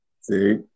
see